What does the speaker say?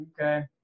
okay